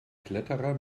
kletterer